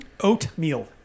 Oatmeal